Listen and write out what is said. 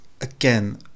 again